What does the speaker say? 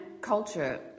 culture